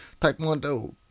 Taekwondo